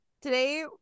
today